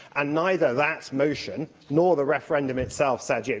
and neither that motion nor the referendum itself said, yeah